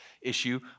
issue